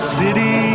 city